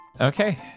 Okay